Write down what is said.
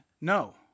No